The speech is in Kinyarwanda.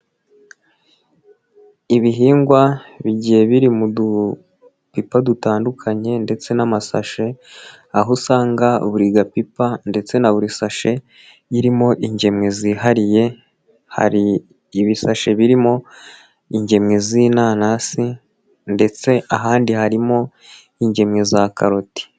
Ibihingwa bigiye biri mu dupipa dutandukanye ndetse n'amasashe, aho usanga buri gapipa ndetse na buri sashe irimo ingemwe zihariye, hari ibisashe birimo ingemwe z'inanasi ndetse ahandi harimo ingemwe za karoti.